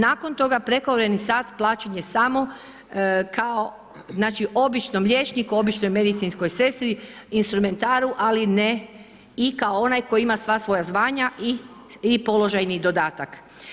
Nakon toga prekovremeni sat plaćen je samo kao znači, običnom liječniku, običnoj medicinskoj sestri, instrumentaru, ali ne i kao onaj koji ima sva svoja zvanja i položajni dodatak.